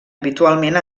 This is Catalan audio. habitualment